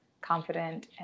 confident